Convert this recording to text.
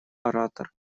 оратор